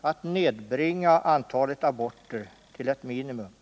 att nedbringa antalet aborter till ett minimum.